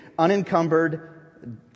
unencumbered